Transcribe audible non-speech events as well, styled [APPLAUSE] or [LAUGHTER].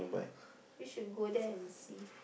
[BREATH] we should go there and see